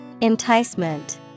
Enticement